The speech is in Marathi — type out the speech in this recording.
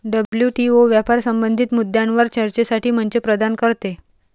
डब्ल्यू.टी.ओ व्यापार संबंधित मुद्द्यांवर चर्चेसाठी मंच प्रदान करते